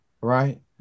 right